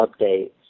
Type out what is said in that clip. updates